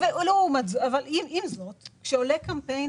אבל עם זאת כשעולה קמפיין